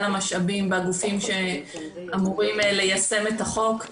המשאבים בגופים שאמורים ליישם את החוק,